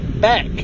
back